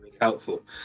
helpful